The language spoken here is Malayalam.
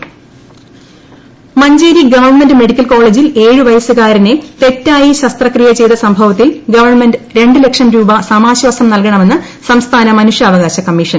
മനുഷ്യാവകാശ കമ്മീഷൻ മഞ്ചേരി ഗവൺമെന്റ് മെഡിക്കൽ കോളേജിൽ ഏഴു വയസ്സുകാരനെ തെറ്റായി ശസ്ത്രക്രിയ ചെയ്ത സംഭവത്തിൽ ഗവൺമെന്റ് രണ്ടു ലക്ഷം രൂപ് സമാശ്വാസം നൽകണമെന്ന് സംസ്ഥാന മനുഷ്യാവകാശ കമ്മീ ഷൻ